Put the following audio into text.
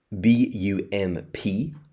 B-U-M-P